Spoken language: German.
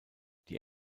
die